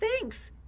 Thanks